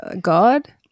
God